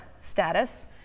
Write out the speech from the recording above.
status